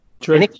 True